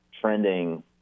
trending